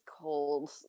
cold